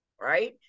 right